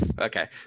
okay